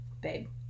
babe